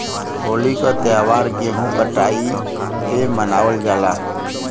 होली क त्यौहार गेंहू कटाई पे मनावल जाला